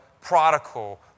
prodigal